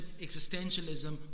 existentialism